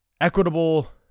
equitable